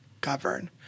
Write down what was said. govern